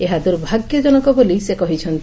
ଏହା ଦୁର୍ଭାଗ୍ୟଜନକ ବୋଲି ସେ କହିଛନ୍ତି